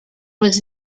was